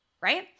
right